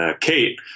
Kate